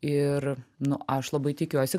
ir nu aš labai tikiuosi